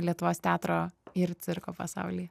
lietuvos teatrą ir cirko pasauly